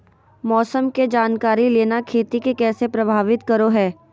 मौसम के जानकारी लेना खेती के कैसे प्रभावित करो है?